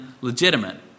legitimate